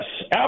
yes